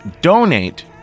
donate